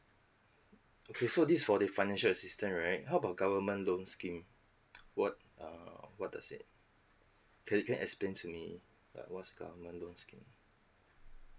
okay so this for the financial assistance right how about government loan scheme what err what does it can you can you explain to me like what's government loan scheme